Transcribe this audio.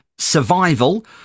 survival